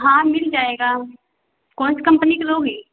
हाँ मिल जाएगा कौन सी कंपनी का लोगी